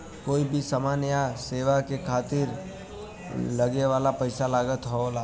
कोई भी समान या सेवा के खरीदे खातिर लगे वाला पइसा लागत होला